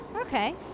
Okay